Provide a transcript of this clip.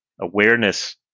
awareness